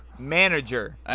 manager